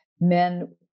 men